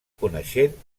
coneixent